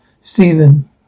Stephen